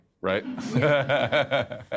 right